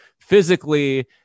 physically